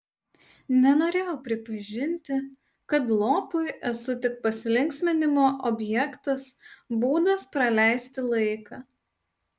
nenorėjau pripažinti kad lopui esu tik pasilinksminimo objektas būdas praleisti laiką